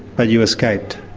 but you escaped?